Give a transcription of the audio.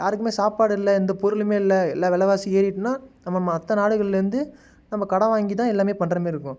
யாருக்குமே சாப்பாடு இல்லை எந்த பொருளுமே இல்லை எல்லா விலவாசியும் ஏறிட்னா நம்ம மற்ற நாடுகள்லந்து நம்ப கடன் வாங்கி தான் எல்லாமே பண்ணுற மேரிருக்கும்